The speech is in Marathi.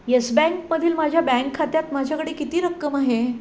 यसबँकमधील माझ्या बँक खात्यात माझ्याकडे किती रक्कम आहे